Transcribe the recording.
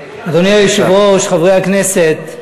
אדוני היושב-ראש, חברי הכנסת,